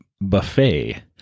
Buffet